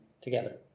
together